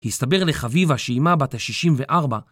הסתבר לחביבה שאימה בת ה-64.